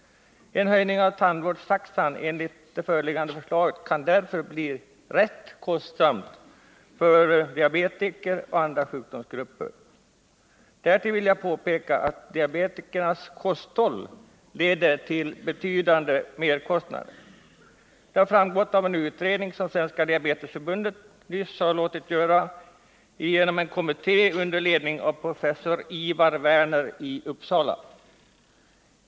En höjning av tandvårdstaxan enligt föreliggande förslag kan därför bli rätt kostsam för diabetiker och andra sjukgrupper. Därtill vill jag påpeka att diabetikernas kosthåll leder till betydande merkostnader. Detta har framgått av en utredning som Svenska Diabetesförbundet nyligen har låtit göra genom en kommitté under ledning av professor Ivar Werner i Uppsala.